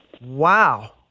Wow